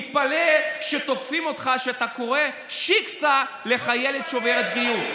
מתפלא שתוקפים אותך כשאתה קורא "שיקסע" לחיילת שעוברת גיור.